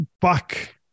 back